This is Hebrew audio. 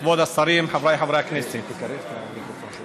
כבוד השרים, חבריי חברי הכנסת, אם